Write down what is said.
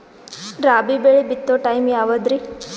ರಾಬಿ ಬೆಳಿ ಬಿತ್ತೋ ಟೈಮ್ ಯಾವದ್ರಿ?